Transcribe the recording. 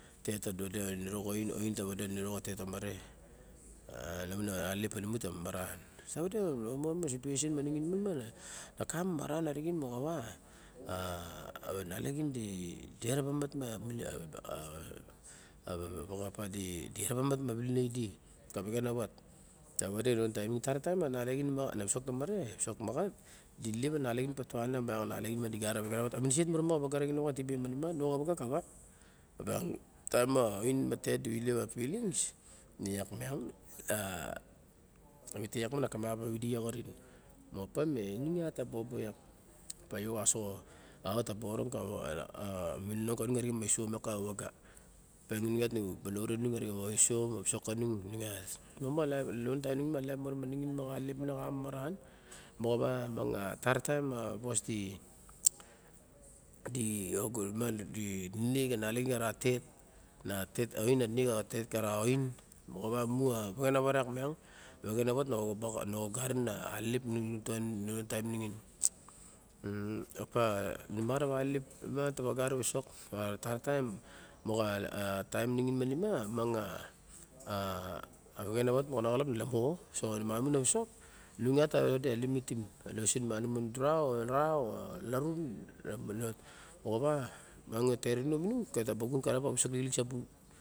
Tet ta ba wade a nino xa oin. Ta ba wade a niro xa tetomare. Lamun a alelep ta nimu ta ba maran. Tawade a situasen mo nigninlokamamaran. A nalaxin di eraba omat ma vilen aidi lamun a wexena wat. Ta wade a lion a taim ma nixin, tara tara a nalaxin, visok tomare, visok maxat dilep a nalaxin patuana miak di gat a vexen a wat. A miniset ma mo xa wagaraxin ma e tibema. No xa maga kawa. Pia a ain ma tet du ilep a filings, ne iax miong a viye iax miang na kamap pa vidi orin. Opa me inung iat ta bobo iak, pa yao xasoko a va ta ba orin ka miniong ka inung iat nung balaure nung arixen me, isuon a wisok kanung. Xio ma laen lulun tanung lain ma mexin elelep ma kama maran, moawa miang a tara taim was di di nek a tet kara ain. moxawa mu avexen a wat iak miang. A wexen a wat na ogana ogarin alelelp nexin ka lion a taim ningin lion a taim ningin opa mu marawa a lelep ma ta ba gat a visok ma tarataim mo taim ninginmainma mianga vexen a wat moxa naxa lap na lamo, so numa vanum a visok nung iat ta ba wade limitim lausen malarum dura o ra o ne belek moxowa inung a tet inom mi nung okay ta ba chun kalap pa wa visok lixilik sabu.